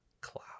cloud